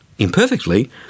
imperfectly